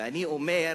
ואני אומר